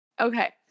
Okay